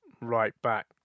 right-back